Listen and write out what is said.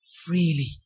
freely